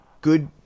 good